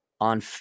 on